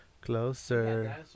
Closer